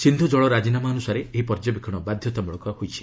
ସିନ୍ଧୁ ଜଳ ରାଜିନାମ ଅନୁସାରେ ଏହି ପର୍ଯ୍ୟବେକ୍ଷଣ ବାଧ୍ୟତାମୂଳକ ରହିଛି